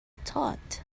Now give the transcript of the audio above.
thought